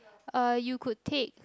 uh you could take